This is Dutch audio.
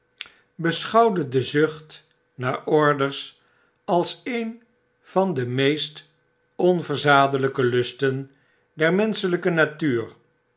de zueht naar orders als een van de meest onverzadelyke lusten der menschelyke natuur